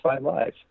Live